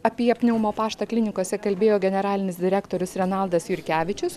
apie pneumo paštą klinikose kalbėjo generalinis direktorius renaldas jurkevičius